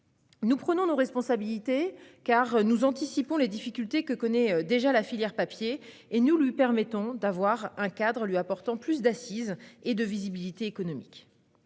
Nous prenons nos responsabilités, car nous anticipons les difficultés que connaît déjà la filière papier, et nous lui permettons d'avoir un cadre qui lui apporte plus d'assise et de visibilité économique.